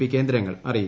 P കേന്ദ്രങ്ങൾ അറിയിച്ചു